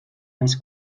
més